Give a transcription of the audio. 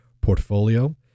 portfolio